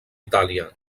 itàlia